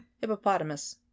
Hippopotamus